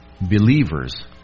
Believers